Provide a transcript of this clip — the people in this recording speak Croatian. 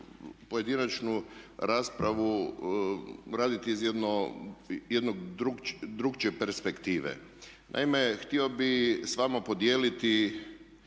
pojedinačnu raspravu raditi iz jednog drukčije perspektive. Naime, htio bi s vama podijeliti